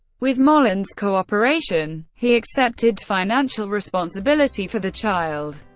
with mollin's cooperation, he accepted financial responsibility for the child.